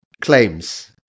claims